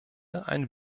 ein